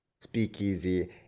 speakeasy